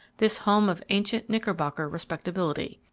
this home of ancient knicker-bocker respectability.